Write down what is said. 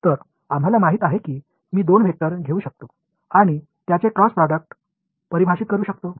तर आम्हाला माहित आहे की मी दोन वेक्टर घेऊ शकतो आणि त्याचे क्रॉस प्रॉडक्ट परिभाषित करू शकतो